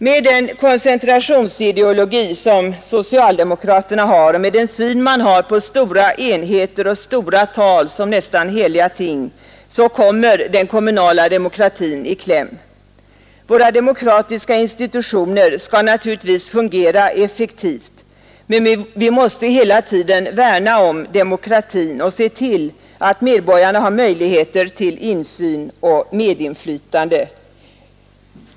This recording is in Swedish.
Med den koncentrationsideologi som socialdemokraterna har och med den syn man har på stora enheter och stora tal som nästan heliga ting kommer den kommunala demokratin i kläm. Våra demokratiska institutioner måste naturligtvis fungera effektivt, men vi måste hela tiden värna om demokratin och se till att medborgarna har möjligheter till insyn och medinflytande.